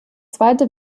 zweite